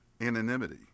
anonymity